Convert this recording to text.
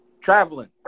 traveling